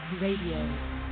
radio